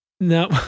no